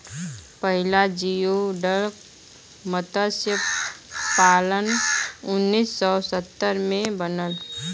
पहिला जियोडक मतस्य पालन उन्नीस सौ सत्तर में बनल